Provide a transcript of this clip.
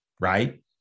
right